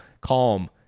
calm